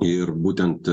ir būtent